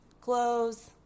clothes